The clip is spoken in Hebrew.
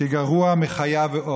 כגרוע מחיה ועוף.